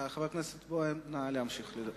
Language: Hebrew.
חבר הכנסת בוים, נא להמשיך.